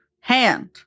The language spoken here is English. hand